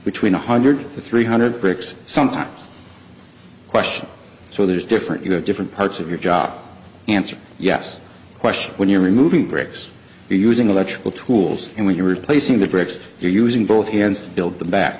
between one hundred to three hundred bricks sometimes question so there's different you know different parts of your job answer yes question when you're removing bricks for using electrical tools and when you're replacing the bricks you're using both hands build the ba